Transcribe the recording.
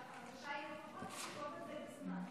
אז הבקשה היא לפחות לקצוב את זה בזמן.